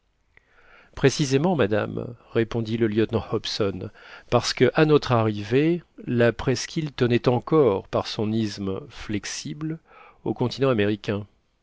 précisément madame répondit le lieutenant hobson parce que à notre arrivée la presqu'île tenait encore par son isthme flexible au continent américain